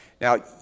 Now